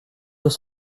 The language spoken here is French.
deux